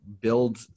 build